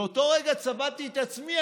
באותו רגע צבטתי את עצמי.